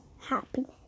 Happiness